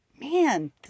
Man